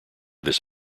this